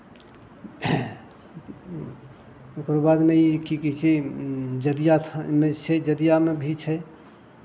ओकर बादमे ई की कहै छै जदिया थान छै जदियामे भी छै